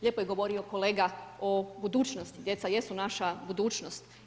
Lijepo je govorio kolega o budućnosti, djeca jesu naša budućnost.